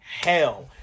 hell